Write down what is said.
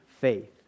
faith